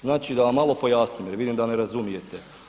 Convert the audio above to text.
Znači da vam malo pojasnim jer vidim da ne razumijete.